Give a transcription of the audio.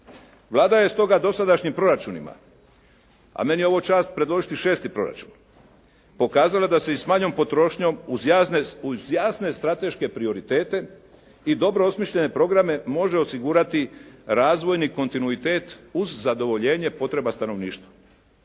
Vlada je stoga dosadašnjim proračunima, a meni je ovo čast predložiti šesti proračun pokazala da se i s manjom potrošnjom uz jasne strateške prioritete i dobro osmišljene programe može osigurati razvojni kontinuitet uz zadovoljenje potreba stanovništva.